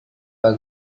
pak